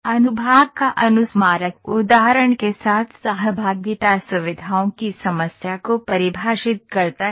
अनुभाग का अनुस्मारक उदाहरण के साथ सहभागिता सुविधाओं की समस्या को परिभाषित करता है